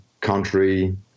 country